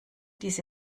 diese